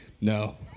no